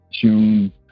June